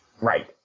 Right